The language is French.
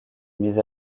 mis